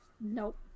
Nope